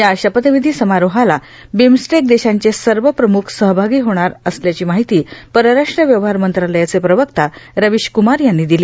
या शपथविधी समारोहाला बिमस्टेक देशांचे सर्व प्रम्ख सहभागी होणार असल्याची माहिती परराष्ट्र व्यवहार मंत्रालयाचे प्रवक्ता रविश क्मार यांनी दिली